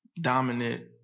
dominant